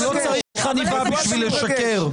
הוא לא צריך עניבה בשביל לשקר.